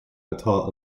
atá